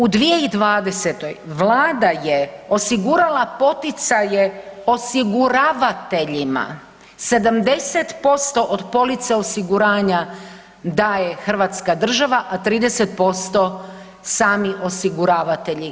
U 2020. vlada je osigurala poticaje osiguravateljima, 70% od police osiguranja daje hrvatska država, a 30% sami osiguravatelji.